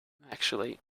actually